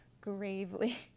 gravely